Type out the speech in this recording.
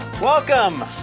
Welcome